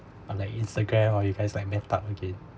or like instagram or you guys like met up again